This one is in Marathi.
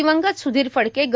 दिवंगत सुधीर फडके ग